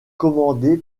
commandé